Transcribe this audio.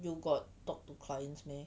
you got talk to clients meh